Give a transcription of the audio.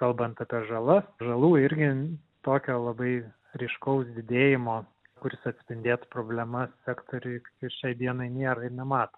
kalbant apie žalas žalų irgi tokio labai ryškaus didėjimo kuris atspindėtų problemas sektoriuj ir šiai dienai nėra ir nematom